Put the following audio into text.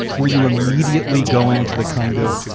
were you immediately going to the kind of,